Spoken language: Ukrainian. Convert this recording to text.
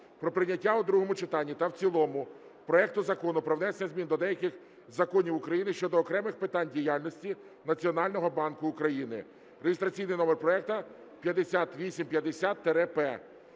про прийняття у другому читанні та в цілому проекту Закону "Про внесення змін до деяких законів України щодо окремих питань діяльності Національного банку України" (реєстраційний номер проекту